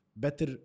Better